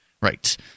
Right